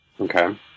Okay